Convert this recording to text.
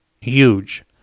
huge